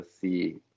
see